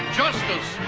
justice